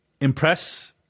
impress